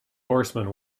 horsemen